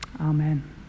Amen